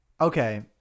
Okay